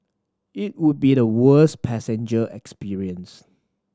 it would be the worst passenger experience